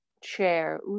Chair